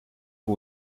who